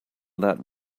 that